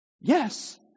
Yes